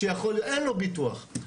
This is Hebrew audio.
אין לו ביטוח,